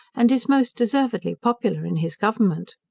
and is most deservedly popular in his government.